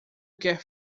quer